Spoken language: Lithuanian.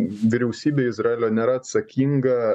vyriausybė izraelio nėra atsakinga